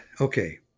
Okay